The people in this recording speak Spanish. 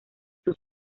sus